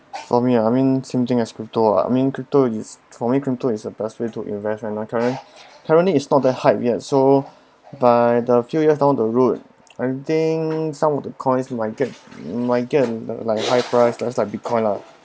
for me ah I mean same thing crypto lah I mean crypto is for me crypto is the best way invest and my current currently is not that hype yet so by the few years down the road I think some of the coins might get might get like high priced just like Bitcoin lah